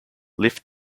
lift